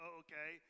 okay